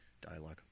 Dialogue